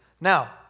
Now